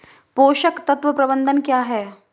पोषक तत्व प्रबंधन क्या है?